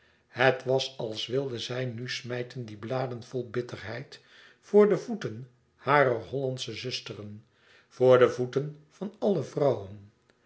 het was als wilde zij nu smijten die bladen vol bitterheid voor de voeten harer e ids aargang ollandsche zusteren voor de voeten van alle vrouwen